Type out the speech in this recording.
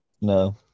No